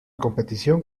competición